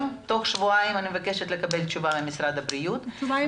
אני מבקשת לקבל תשובה ממשרד הבריאות תוך שבועיים.